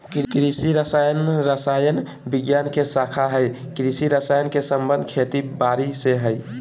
कृषि रसायन रसायन विज्ञान के शाखा हई कृषि रसायन के संबंध खेती बारी से हई